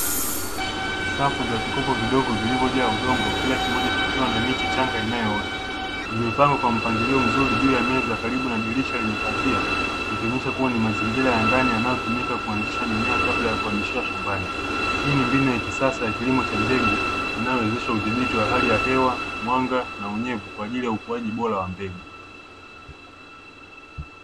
Safu za vikopo vidogo vilivyojaa udongo kila kimoja kikiwa na miche changa inayoota, vimepangwa kwa mpangilio mzuri juu ya meza karibu na dirisha lenye pazia likionyesha kuwa ni mazingira ya ndani yanayotumika kuanzisha mimea kabla ya kuhamishiwa shambani, hii ni mbinu ya kisasa ya kilimo cha mbegu inayowezesha udhibiti wa hali ya hewa, mwanga na unyevu kwa ajili ya ukuaji bora wa mbegu.